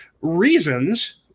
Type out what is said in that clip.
reasons